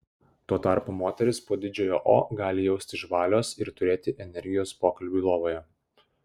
tuo tarpu moterys po didžiojo o gali jaustis žvalios ir turėti energijos pokalbiui lovoje